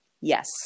Yes